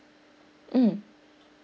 mm